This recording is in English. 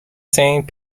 saying